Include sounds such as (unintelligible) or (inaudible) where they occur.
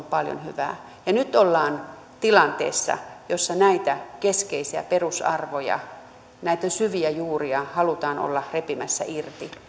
(unintelligible) paljon hyvää nyt ollaan tilanteessa jossa näitä keskeisiä perusarvoja näitä syviä juuria halutaan olla repimässä irti